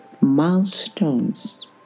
milestones